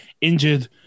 injured